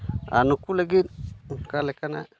ᱟᱨ ᱱᱩᱠᱩ ᱞᱟᱹᱜᱤᱫ ᱚᱱᱠᱟ ᱞᱮᱠᱟᱱᱟᱜ